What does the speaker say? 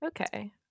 Okay